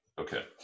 Okay